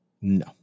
No